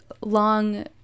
long